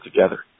together